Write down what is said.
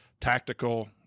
tactical